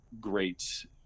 great